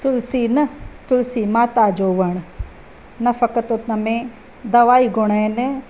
तुलसी न तुलसी माता जो वणु न फ़क़्ति दमे दवाई गुण आहिनि